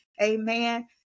Amen